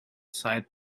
side